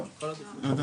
זה מה שאמרת.